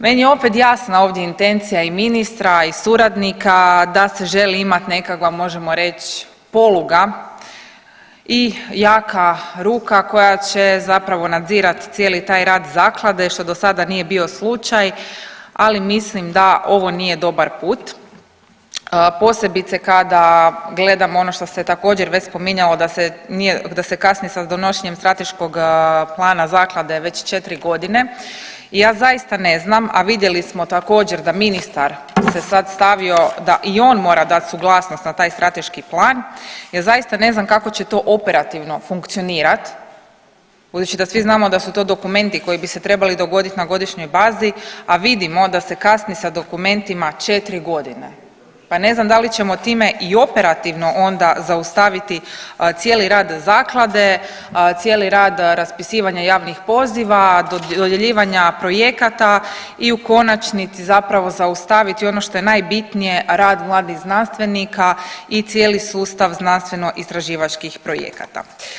Meni je opet jasna ovdje intencija i ministra i suradnika da se želi imat nekakva možemo reć poluga i jaka ruka koja će zapravo nadzirat cijeli taj rad zaklade što do sada nije bio slučaj, ali mislim da ovo nije dobar put, posebice kada gledamo ono što se također već spominjalo da se nije, da se kasni sa donošenjem strateškog plana zaklade već 4.g. i ja zaista ne znam, a vidjeli smo također da ministar se sad stavio da i on mora dat suglasnost na taj strateški plan jer zaista ne znam kako će to operativno funkcionirat budući da svi znamo da su to dokumenti koji bi se trebali dogodit na godišnjoj bazi, a vidimo da se kasni sa dokumentima 4.g., pa ne znam da li ćemo time i operativno onda zaustaviti cijeli rad zaklade, cijeli rad raspisivanja javnih poziva, dodjeljivanja projekata i u konačnici zapravo zaustaviti ono što je najbitnije rad vlade i znanstvenika i cijeli sustav znanstveno istraživačkih projekata.